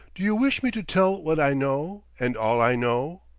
do you wish me to tell what i know and all i know,